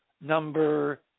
number